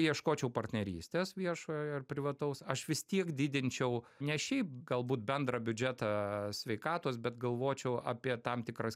ieškočiau partnerystės viešojo ir privataus aš vis tiek didinčiau ne šiaip galbūt bendrą biudžetą sveikatos bet galvočiau apie tam tikras